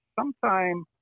sometime